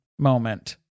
moment